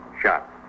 Shot